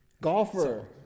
golfer